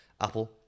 Apple